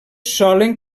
solen